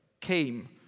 came